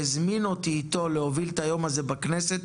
והזמין אותי איתו להוביל את היום הזה איתו בכנסת.